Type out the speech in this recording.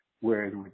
Whereas